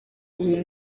buri